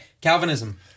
Calvinism